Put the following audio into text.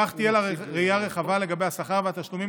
כך תהיה לה ראייה רחבה לגבי השכר והתשלומים